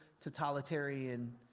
totalitarian